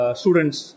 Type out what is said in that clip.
students